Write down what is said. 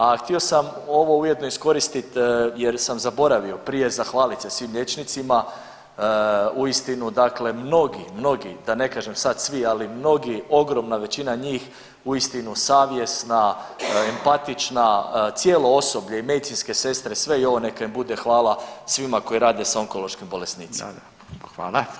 A htio sam ovo ujedno iskoristit jer sam zaboravio prije zahvalit se svim liječnicima, uistinu dakle mnogi mnogi da ne kažem sad svi, ali mnogi, ogromna većina njih uistinu savjesna, empatična, cijelo osoblje i medicinske sestre, sve i ovo neka im bude hvala svima koji rade s onkološkim bolesnicima.